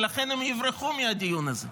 ולכן הם יברחו מהדיון הזה.